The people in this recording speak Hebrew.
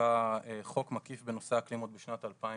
שחוקקה חוק מקיף בנושא האקלים עוד בשנת 2008,